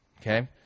Okay